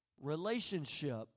relationship